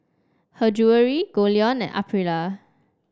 Her Jewellery Goldlion and Aprilia